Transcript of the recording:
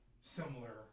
similar